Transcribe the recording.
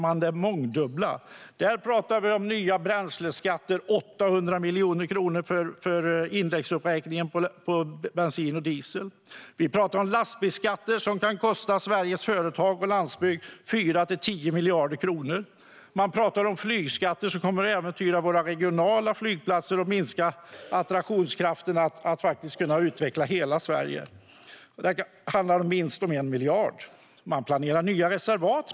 Jo, det mångdubbla. Där pratar vi om nya bränsleskatter - 800 miljoner kronor för indexuppräkningen på bensin och diesel. Vi pratar om lastbilsskatter som kan kosta Sveriges företag och landsbygd 4-10 miljarder kronor. Vi pratar om flygskatter som kommer att äventyra våra regionala flygplatser och minska attraktionskraften i att utveckla hela Sverige. Det handlar om minst 1 miljard. Man planerar nya reservat.